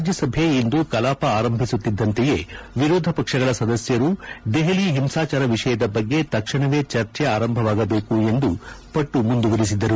ರಾಜ್ಯಸಭೆ ಇಂದು ಕಲಾಪ ಆರಂಭಿಸುತ್ತಿದ್ದಂತೆಯೇ ವಿರೋಧ ಪಕ್ಷಗಳ ಸದಸ್ಯರು ದೆಹಲಿ ಹಿಂಸಾಚಾರ ವಿಷಯದ ಬಗ್ಗೆ ತಕ್ಷಣವೇ ಚರ್ಚೆ ಆರಂಭವಾಗಬೇಕು ಎಂದು ಪಟ್ಟು ಮುಂದುವರಿಸಿದರು